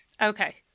okay